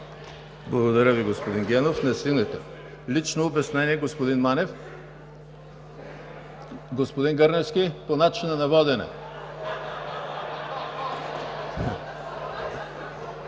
Благодаря Ви, господин Генов. Лично обяснение – господин Манев. Господин Гърневски, по начина на водене.